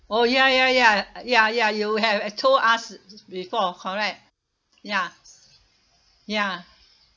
oh ya ya ya ya ya you have told us before correct ya ya